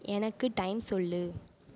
எனக்கு டைம் சொல்லு